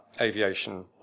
aviation